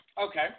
Okay